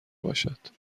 باشد